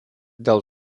dėl